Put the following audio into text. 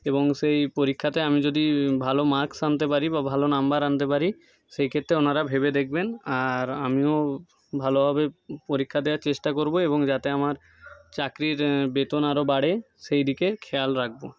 এবং সেই পরীক্ষাতে আমি যদি ভালো মার্কস আনতে পারি বা ভালো নম্বর আনতে পারি সেই ক্ষেত্রে ওনারা ভেবে দেখবেন আর আমিও ভালোভাবে পরীক্ষা দেওয়ার চেষ্টা করবো এবং যাতে আমার চাকরির বেতন আরও বাড়ে সেই দিকে খেয়াল রাখবো